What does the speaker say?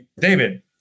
David